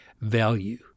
value